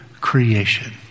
creation